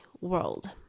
world